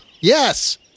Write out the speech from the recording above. Yes